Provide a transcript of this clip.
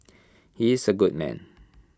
he is A good man